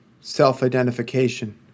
self-identification